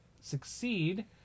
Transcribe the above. succeed